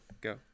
go